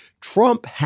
Trump